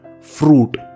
fruit